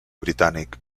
britànic